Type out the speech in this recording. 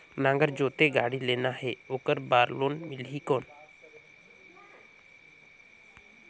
नागर जोते गाड़ी लेना हे ओकर बार लोन मिलही कौन?